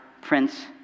Prince